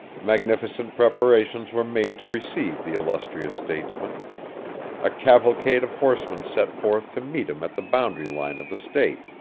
magnificent preparations were made to receive the illustrious statesman a cavalcade of horsemen set forth to meet him at the boundary line of the state,